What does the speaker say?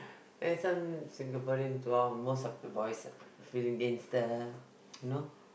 and some Singaporean most of the boys feeling gangster you know